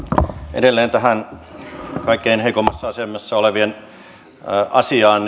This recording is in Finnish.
edelleen tähän kaikkein heikoimmassa asemassa olevien asiaan